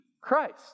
Christ